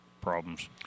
problems